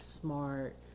smart